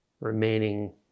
remaining